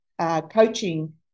coaching